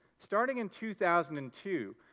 starting in two thousand and two,